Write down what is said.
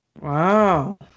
wow